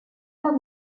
pas